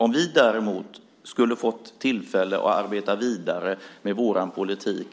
Om vi däremot skulle ha fått tillfälle att arbeta vidare med vår politik